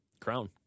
Crown